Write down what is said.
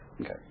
Okay